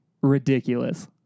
ridiculous